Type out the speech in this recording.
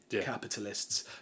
capitalists